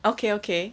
okay okay